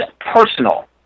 personal